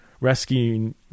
rescuing